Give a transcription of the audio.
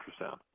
ultrasound